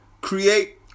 create